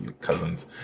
cousins